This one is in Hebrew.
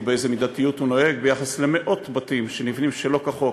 ובאיזו מידתיות הוא נוהג ביחס למאות בתים שנבנים שלא כחוק